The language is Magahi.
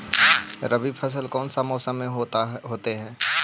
रवि फसल कौन सा मौसम में होते हैं?